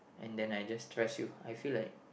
and then I just trust you I feel like